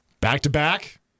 Back-to-back